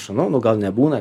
šunų nu gal nebūna